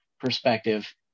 perspective